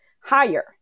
higher